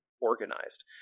organized